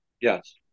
yes